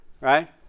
right